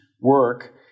work